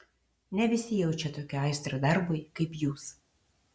ne visi jaučia tokią aistrą darbui kaip jūs